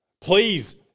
Please